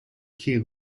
key